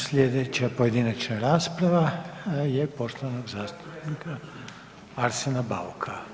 Slijedeća pojedinačna rasprava je poštovanog zastupnika Arsena Bauka.